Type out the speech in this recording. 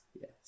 Yes